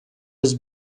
his